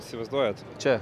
įsivaizduojat čia